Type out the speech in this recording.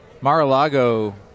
Mar-a-Lago